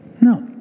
No